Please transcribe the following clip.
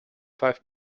five